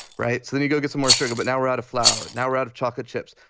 right. so then you go get some more sugar. but now we're out of flour. now we're out of chocolate chips.